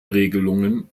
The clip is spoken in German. regelungen